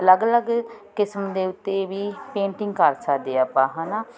ਅਲੱਗ ਅਲੱਗ ਕਿਸਮ ਦੇ ਉੱਤੇ ਵੀ ਪੇਂਟਿੰਗ ਕਰ ਸਕਦੇ ਹਾਂ ਆਪਾਂ ਹੈ ਨਾ